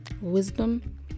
wisdom